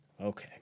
Okay